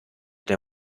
der